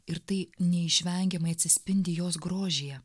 ir tai neišvengiamai atsispindi jos grožyje